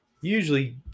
Usually